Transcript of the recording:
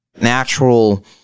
natural